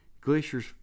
Glacier's